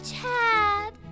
Chad